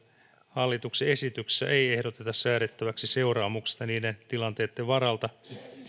hallituksen esityksessä ei ehdoteta säädettäväksi seuraamuksista niiden tilanteitten varalta